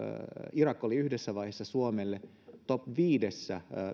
irak oli yhdessä vaiheessa suomen vientikohteiden top viidessä